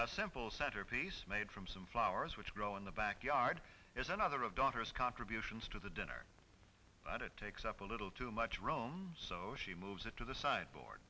simple centerpiece made from some flowers which grow in the backyard is another of daughter's contributions to the dinner but it takes up a little too much roams so she moves it to the sideboard